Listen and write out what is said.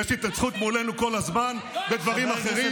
ויש התנצחות מולנו כל הזמן בדברים אחרים,